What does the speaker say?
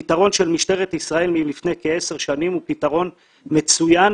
הפתרון של משטרת ישראל מלפני כעשר שנים הוא פתרון מצוין,